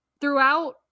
throughout